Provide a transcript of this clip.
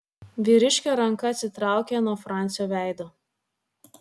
vyriškio ranka atsitraukė nuo francio veido